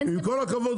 עם כל הכבוד,